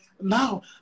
now